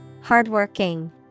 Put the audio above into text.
Hardworking